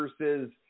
versus